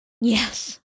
Yes